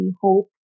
hope